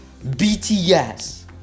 bts